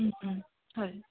হয়